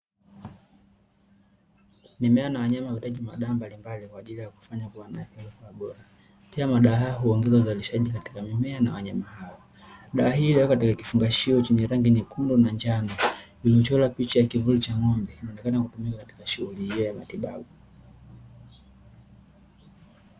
Mimea na wanyama huhitaji madawa mbalimbali kwaajili ya kuwafanya kua na afya bora pia madawa haya huongeza uzalishaji katika mimea na wanyama hao, dawa hii imewekwa kwenye kifungashio cha rangi nyekundu na njano kikichorwa picha ya kivuli cha ng'ombe inaonekana kutumika katika shughuli hiyo ya matibabu.